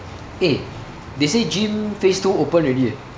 eh they say gym phase two open already eh